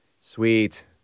Sweet